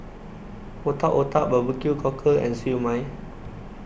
Otak Otak Barbecue Cockle and Siew Mai